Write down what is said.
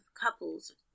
couples